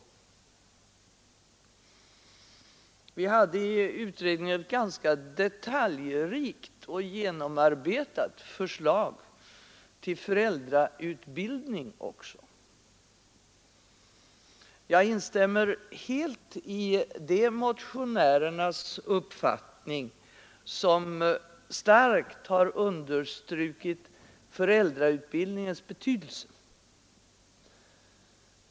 Vi hade i utredningen ett ganska detaljrikt och genomarbetat förslag till föräldrautbildning också. Jag instämmer helt i uppfattningen hos de motionärer som starkt har understrukit föräldrautbildningens betydelse.